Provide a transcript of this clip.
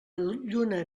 lluna